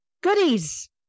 goodies